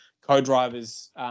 co-drivers